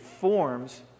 forms